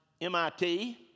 MIT